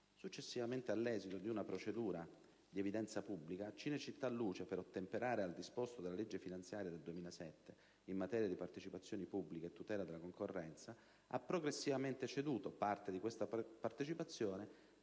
Successivamente, all'esito di una procedura ad evidenza pubblica, Cinecittà Luce, per ottemperare al disposto della legge finanziaria 2007 in materia di partecipazioni pubbliche e tutela della concorrenza, ha progressivamente ceduto parte di questa partecipazione,